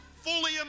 Fully